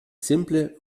simple